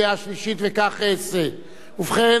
הצעת חוק המאבק בתוכנית הגרעין של אירן,